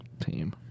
team